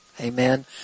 Amen